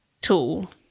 tool